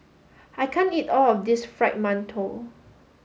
I can't eat all of this fried Mantou